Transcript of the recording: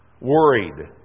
worried